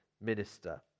minister